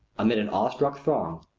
amid an awestruck throng,